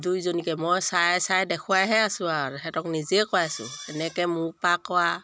দুইজনীকে মই চাই চাই দেখুৱাইহে আছোঁ আৰু সিহঁতক নিজে কৰাই আছোঁ এনেকৈ মূৰ পাৰ কৰা